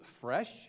fresh